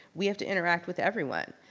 we have to interact with everyone.